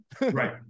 Right